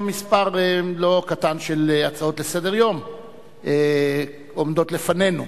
היום מספר לא קטן של הצעות לסדר-יום עומדות לפנינו.